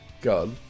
God